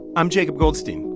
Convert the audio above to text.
i'm jacob goldstein.